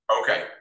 Okay